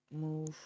move